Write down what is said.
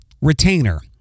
retainer